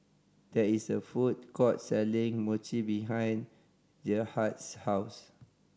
there is a food court selling Mochi behind Gerhard's house